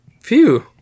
phew